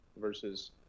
versus